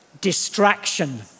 distraction